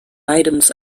items